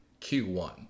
Q1